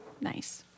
Nice